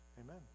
Amen